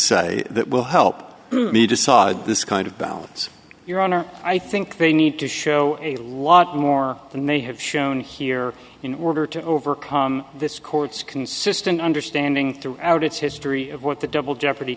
say that will help me decide this kind of balance your honor i think they need to show a lot more than they have shown here in order to overcome this court's consistent understanding throughout its history of what the double jeopardy